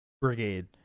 brigade